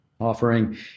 offering